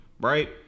Right